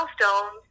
milestones